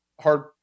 hard